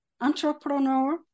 entrepreneur